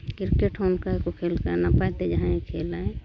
cricket ᱦᱚᱸ ᱚᱱᱠᱟ ᱜᱮᱠᱚ ᱠᱷᱮᱞ ᱠᱟᱱᱟ ᱱᱟᱯᱟᱭᱛᱮ ᱡᱟᱦᱟᱸᱭ ᱠᱷᱮᱞᱟᱭ